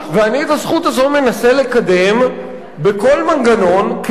ואני את הזכות הזו מנסה לקדם בכל מנגנון כדי